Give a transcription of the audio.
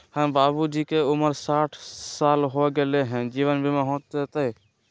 हमर बाबूजी के उमर साठ साल हो गैलई ह, जीवन बीमा हो जैतई?